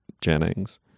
Jennings